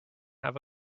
have